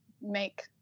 make